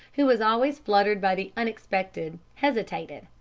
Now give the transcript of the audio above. who was always fluttered by the unexpected, hesitated,